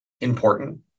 important